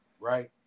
right